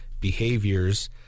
behaviors